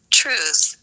truth